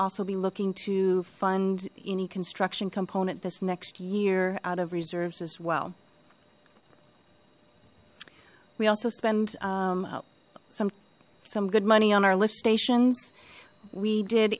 also be looking to fund any construction component this next year out of reserves as well we also spend some some good money on our lift stations we did